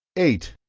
eight.